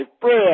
prayer